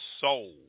soul